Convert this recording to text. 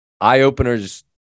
eye-openers